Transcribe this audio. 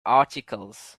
articles